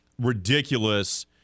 ridiculous